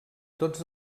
tots